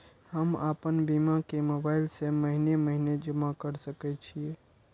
हम आपन बीमा के मोबाईल से महीने महीने जमा कर सके छिये?